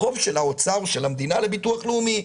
החוב של האוצר ושל המדינה לביטוח לאומי.